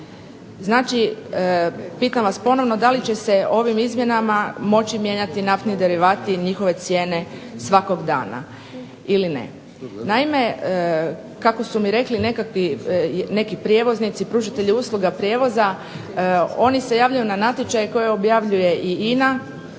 Znači, pitam vas ponovno da li će se ovim Izmjenama moći mijenjati naftni derivati i njihove cijene svakog dana ili ne? Naime, kako su mi rekli neki prijevoznici, pružatelji usluga prijevoza, oni se javljaju na natječaj koji objavljuje INA